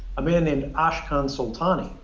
a man named ashkan soltani,